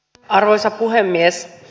arvoisa puhemies